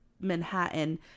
Manhattan